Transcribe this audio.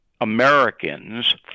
americans